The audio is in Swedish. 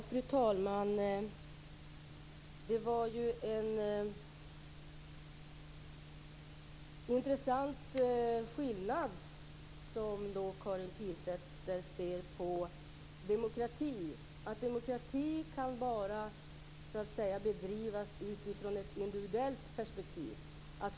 Fru talman! Det var en intressant skillnad i vår syn på demokrati som Karin Pilsäter tog upp. Hon menade att demokrati bara kan bedrivas utifrån ett individuellt perspektiv.